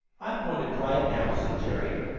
i'm going to try it now, said jerry.